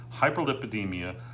hyperlipidemia